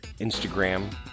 Instagram